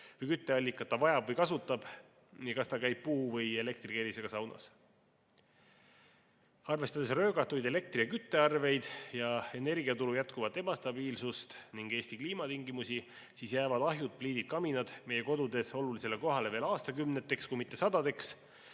või kütteallikat ta vajab või kasutab ja kas ta käib puu‑ või elektrikerisega saunas. Arvestades röögatuid elektri‑ ja küttearveid ja energiaturu jätkuvat ebastabiilsust ning Eesti kliimatingimusi, jäävad ahjud, pliidid, kaminad meie kodudes olulisele kohale veel aastakümneteks, kui mitte ‑sadadeks.